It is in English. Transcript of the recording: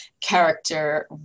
character